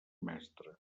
mestre